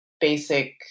basic